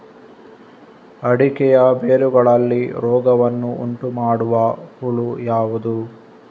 ಅಡಿಕೆಯ ಬೇರುಗಳಲ್ಲಿ ರೋಗವನ್ನು ಉಂಟುಮಾಡುವ ಹುಳು ಯಾವುದು?